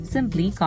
Simply